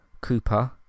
Cooper